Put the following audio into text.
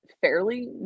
fairly